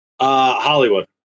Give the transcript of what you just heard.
Hollywood